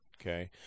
Okay